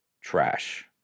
trash